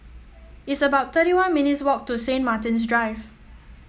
it's about thirty one minutes' walk to Saint Martin's Drive